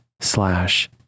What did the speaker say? slash